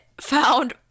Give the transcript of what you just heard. found